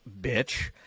bitch